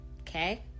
Okay